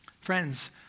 Friends